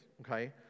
okay